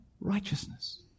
righteousness